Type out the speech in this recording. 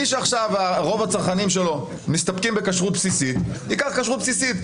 מי שרוב הצרכנים שלו מסתפקים בכשרות בסיסית ייקח כשרות בסיסית.